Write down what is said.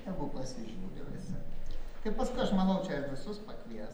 tegu pasižiūri visi tai paskui aš manau čia ir visus pakvies